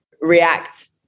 react